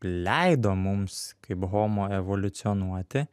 leido mums kaip homo evoliucionuoti